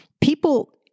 people